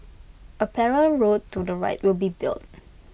A parallel road to the right will be built